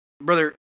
brother